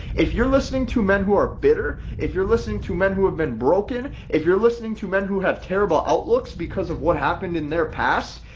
if you're listening to men who are bitter, if you're listening to men who have been broken, if you're listening to men who have terrible outlooks, because of what happened in their past,